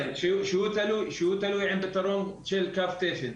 כן, שהוא תלוי עם פתרון של קו תפן.